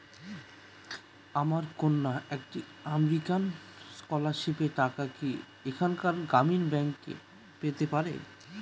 আমার কন্যা একটি আমেরিকান স্কলারশিপের টাকা কি এখানকার গ্রামীণ ব্যাংকে পেতে পারে?